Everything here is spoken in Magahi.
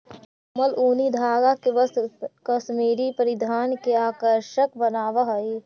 कोमल ऊनी धागा के वस्त्र कश्मीरी परिधान के आकर्षक बनावऽ हइ